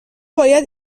باید